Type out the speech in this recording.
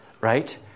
right